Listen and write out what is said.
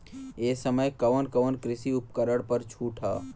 ए समय कवन कवन कृषि उपकरण पर छूट ह?